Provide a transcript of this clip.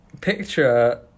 picture